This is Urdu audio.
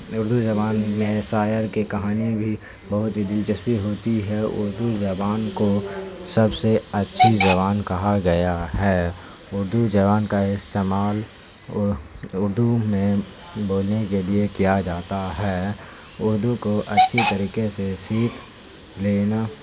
اردو زبان ہی میں شاعر کی کہانی بھی بہت دلچسپی ہوتی ہے اردو زبان کو سب سے اچھی زبان کہا گیا ہے اردو زبان کا استعمال اردو میں بولنے کے لیے کیا جاتا ہے اردو کو اچھی طریقے سے سیکھ لینا